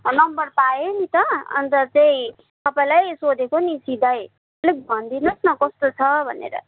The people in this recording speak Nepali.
नम्बर पाएँ नि त अन्त चाहिँ तपाईँलाई सोधेको नि सिधै अलिक भनिदिनुहोस् न कस्तो छ भनेर